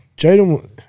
Jaden